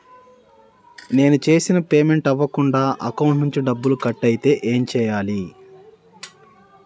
నేను చేసిన పేమెంట్ అవ్వకుండా అకౌంట్ నుంచి డబ్బులు కట్ అయితే ఏం చేయాలి?